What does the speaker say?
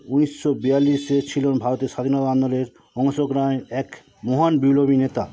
উনিশশো বিয়াল্লিশে ছিলেন ভারতে স্বাধীনতা আন্দোলনের অংশগ্রহণকারী এক মহান বিপ্লবী নেতা